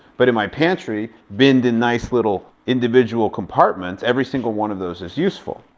but in my pantry, binned in nice little individual compartments, every single one of those is useful.